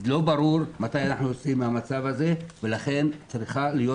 לא ברור מתי אנחנו יוצאים מהמצב הזה ולכן צריכה להיות